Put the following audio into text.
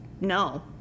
No